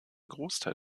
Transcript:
großteil